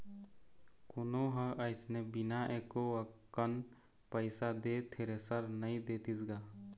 कोनो ह अइसने बिना एको कन पइसा दे थेरेसर नइ देतिस गा